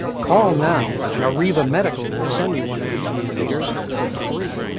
call now and arriva medical will send you one of these new meters for free.